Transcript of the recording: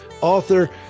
author